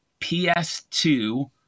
PS2